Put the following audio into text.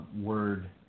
word